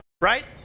Right